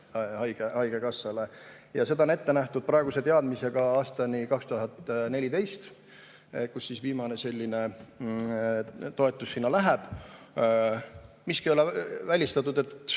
haigekassale. Ja seda on ette nähtud praeguse teadmisega aastani 2024, kui viimane selline toetus sinna läheb. Ei ole välistatud, et